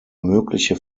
mögliche